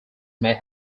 may